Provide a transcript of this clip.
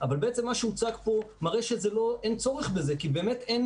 אבל בעצם מה שהוצג פה מראה שאין צורך בזה כי באמת אין